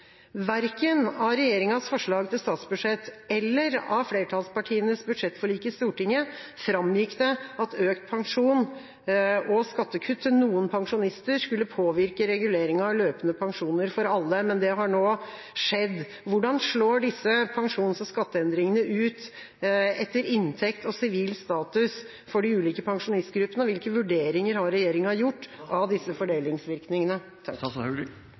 Verken av regjeringas forslag til statsbudsjett eller av flertallspartienes budsjettforlik i Stortinget framgår det at økt pensjon og skattekutt til noen pensjonister skulle påvirke reguleringen av løpende pensjoner for alle, men det har nå skjedd. Hvordan slår disse pensjons- og skatteendringene ut etter inntekt og sivil status for de ulike pensjonistgruppene, og hvilke vurderinger har regjeringa gjort av disse fordelingsvirkningene?